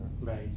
Right